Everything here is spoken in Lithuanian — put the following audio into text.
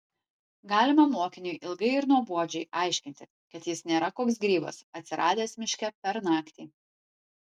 galima mokiniui ilgai ir nuobodžiai aiškinti kad jis nėra koks grybas atsiradęs miške per naktį